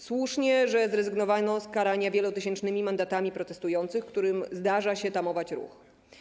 Słusznie, że zrezygnowano z karania wielotysięcznymi mandatami protestujących, którym zdarza się tamować ruch.